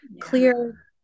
clear